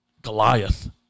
Goliath